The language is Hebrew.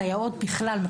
סייעות בכלל,